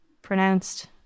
pronounced